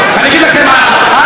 זה לא נכון, ב.